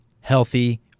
healthy